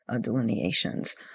delineations